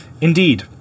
Indeed